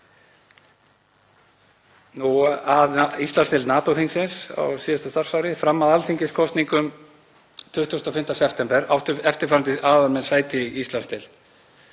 Þá að Íslandsdeild NATO-þingsins á síðasta starfsári. Fram að alþingiskosningum 25. september áttu eftirfarandi aðalmenn sæti í Íslandsdeild: